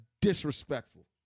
disrespectful